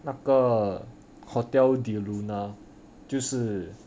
那个 hotel del luna 就是